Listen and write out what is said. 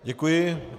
Děkuji.